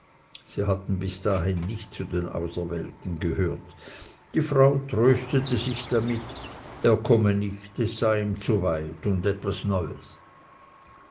sie hatten bis dahin nicht zu den auserwählten gehört die frau tröstete sich damit er komme nicht es sei ihm zu weit und etwas neues